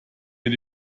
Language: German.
mit